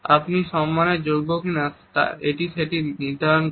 আপনি সম্মানের যোগ্য কিনা এটি সেটি নির্ধারণ করে